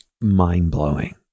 mind-blowing